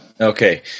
Okay